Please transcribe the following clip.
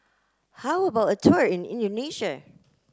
how about a tour in